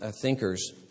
thinkers